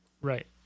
right